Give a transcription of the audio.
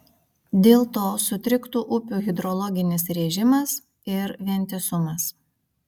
dėl to sutriktų upių hidrologinis režimas ir vientisumas